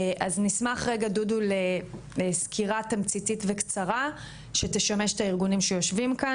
נשמח דודו לסקירה תמציתית וקצרה שתשמש את הארגונים שיושבים כאן